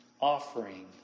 offering